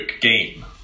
game